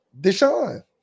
Deshaun